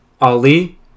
Ali